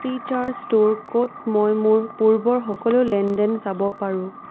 free চাৰ্জটোৰ ক'ত মই মোৰ পূৰ্বৰ সকলো লেনদেন চাব পাৰোঁ